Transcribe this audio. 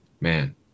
Man